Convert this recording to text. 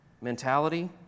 mentality